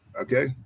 Okay